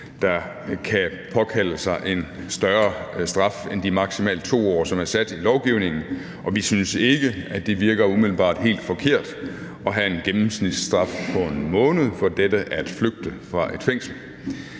der kan påkalde sig en højere straf end de maksimalt 2 år, som er sat i lovgivningen. Og vi synes ikke, at det virker umiddelbart helt forkert at have en gennemsnitsstraf på 1 måned for det at flygte fra et fængsel.